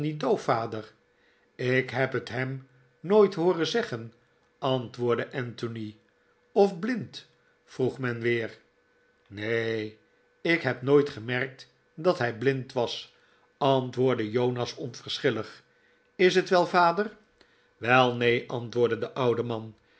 vader ik heb het hem nboit hooren zeggen antwoordde anthony of blind vroeg men weer nee n ik heb nooit gemerkt dat hij blind was antwoordde jonas onverschillig is t wel vader wel neen antwoordde de oude man